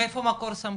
מאיפה מקור הסמכות?